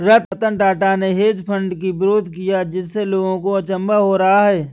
रतन टाटा ने hedge fund की विरोध किया जिससे लोगों को अचंभा हो रहा है